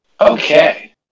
Okay